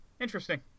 interesting